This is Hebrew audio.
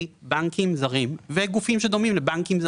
בנקים זרים וגופים שדומים לבנקים זרים.